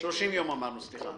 30 יום אמרנו, סליחה.